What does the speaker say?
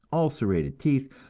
ulcerated teeth,